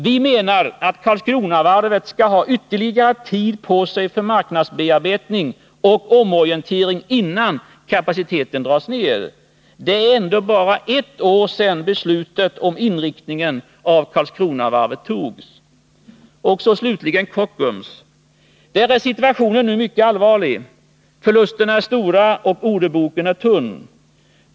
Vi menar att Karlskronavarvet skall ha ytterligare tid på sig för marknadsbearbetning och omorientering innan kapaciteten dras ner. Det är ändå bara ett år sedan beslutet om inriktningen av Karlskronavarvet togs. Och så slutligen Kockums. Där är situationen nu mycket allvarlig. Förlusterna är stora och orderboken är tunn.